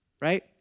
right